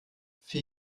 für